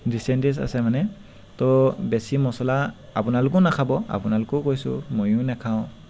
dysentery আছে মানে তো বেছি মছলা আপোনালোকেও নাখাব আপোনালোকো কৈছো ময়ো নেখাওঁ